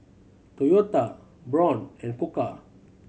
Toyota Braun and Koka